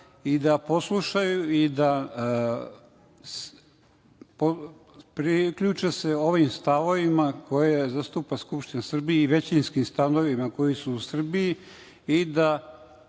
i da poslušaju i priključe se ovim stavovima koje zastupa Skupština Srbije i većinskim stavovima koji su u Srbiji